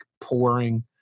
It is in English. pouring